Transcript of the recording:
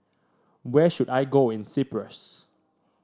where should I go in Cyprus